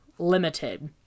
limited